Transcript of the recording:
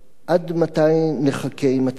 עד מתי נחכה עם הצדק?